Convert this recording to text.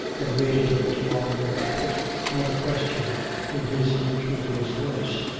and waited a little longer to put another question in his incurious voice.